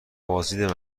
بازدید